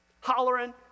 Hollering